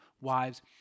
Wives